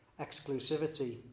exclusivity